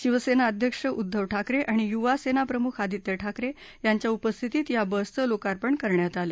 शिवसत्ती अध्यक्ष उद्धव ठाकरआणि युवा सम्त प्रमुख आदित्य ठाकरबोंच्या उपस्थितीत या बसचं लोकार्पण करण्यात आलं